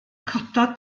cododd